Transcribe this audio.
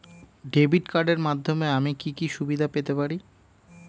Debit কার্ডের মাধ্যমে আমি কি কি সুবিধা পেতে পারি?